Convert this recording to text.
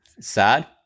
sad